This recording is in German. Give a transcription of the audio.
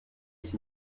ich